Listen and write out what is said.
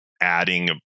adding